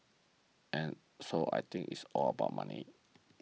and so I think it's all about money